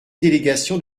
délégations